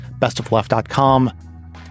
bestofleft.com